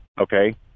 Okay